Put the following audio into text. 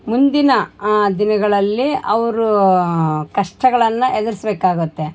ಮುಂದಿನ ದಿನಗಳಲ್ಲಿ ಅವರು ಕಷ್ಟಗಳನ್ನು ಎದುರಿಸ್ಬೇಕಾಗುತ್ತೆ